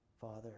Father